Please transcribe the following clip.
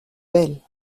belle